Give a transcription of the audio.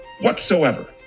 whatsoever